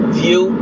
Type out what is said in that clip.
view